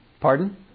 Pardon